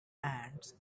ants